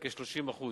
בכ-30%,